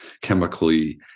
chemically